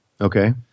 Okay